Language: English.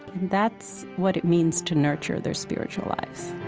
that's what it means to nurture their spiritual lives